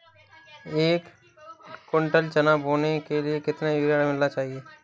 एक कुंटल चना बोने के लिए कितना यूरिया मिलाना चाहिये?